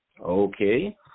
Okay